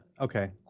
Okay